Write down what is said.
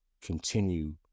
continue